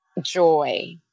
joy